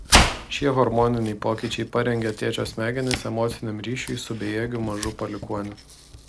šie hormoniniai pokyčiai parengia tėčio smegenis emociniam ryšiui su bejėgiu mažu palikuoniu